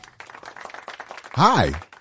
Hi